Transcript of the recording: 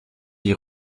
die